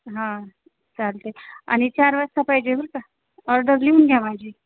हा चालते आणि चार वाजता पाहिजे हो का ऑर्डर लिहून घ्या माझी